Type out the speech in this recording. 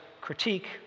critique